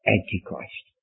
Antichrist